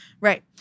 Right